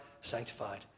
sanctified